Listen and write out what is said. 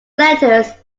letters